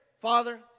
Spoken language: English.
Father